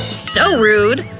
so rude!